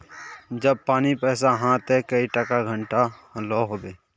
जब पानी पैसा हाँ ते कई टका घंटा लो होबे?